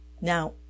Now